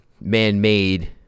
man-made